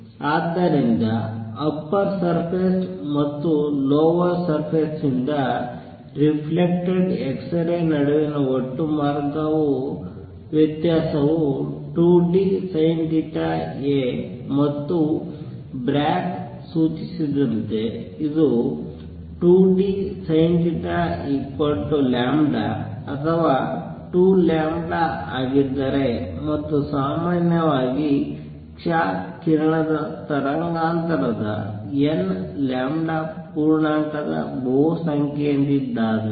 ಆದ್ದರಿಂದ upper surface ಮತ್ತು lower surface ಯಿಂದ ರಿಫ್ಲೆಕ್ಟೆಡ್ x rays ನಡುವಿನ ಒಟ್ಟು ಮಾರ್ಗ ವ್ಯತ್ಯಾಸವು 2dSinθ a ಮತ್ತು ಬ್ರಾಗ್ ಸೂಚಿಸಿದಂತೆ ಅದು 2dSinθλ ಅಥವಾ 2 ಆಗಿದ್ದರೆ ಮತ್ತು ಸಾಮಾನ್ಯವಾಗಿ ಕ್ಷ ಕಿರಣದ ತರಂಗಾಂತರದ n ಪೂರ್ಣಾಂಕದ ಬಹುಸಂಖ್ಯೆಯೆಂದಿದ್ದಾರೆ